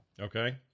Okay